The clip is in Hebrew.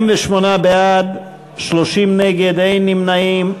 48 בעד, 30 נגד, אין נמנעים.